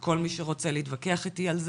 כל מי שרוצה להתווכח איתי על זה,